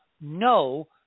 no